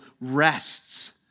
rests